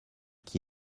qui